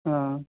हा